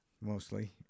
Mostly